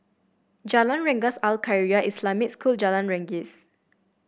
Jalan Rengas Al Khairiah Islamic School Jalan Randis